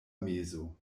mezo